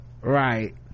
right